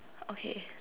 okay